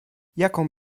jaką